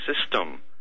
system